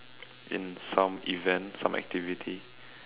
in some event and some activity